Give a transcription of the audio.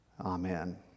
Amen